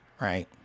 right